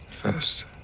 First